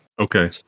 Okay